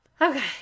Okay